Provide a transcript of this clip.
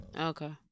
okay